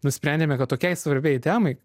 nusprendėme kad tokiai svarbiai temai